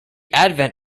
advent